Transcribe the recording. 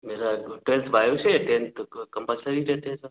मेरा tenth bio से है टेंथ कंपल्सरी रहता है सर